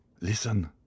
Listen